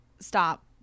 stop